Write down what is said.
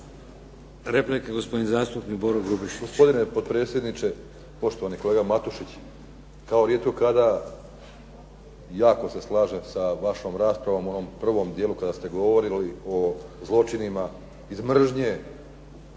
ispravak gospodin zastupnik Boro Grubišić.